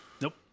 Nope